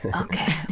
Okay